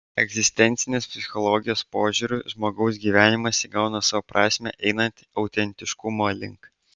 egzistencinės psichologijos požiūriu žmogaus gyvenimas įgauna savo prasmę einant autentiškumo link